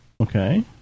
Okay